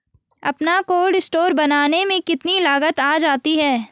अपना cold store बनाने में कितनी लागत आ जाती है?